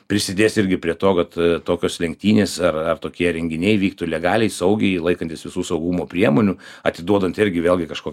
prisidės irgi prie to kad tokios lenktynės ar ar tokie renginiai vyktų legaliai saugiai laikantis visų saugumo priemonių atiduodant irgi vėlgi kažkokią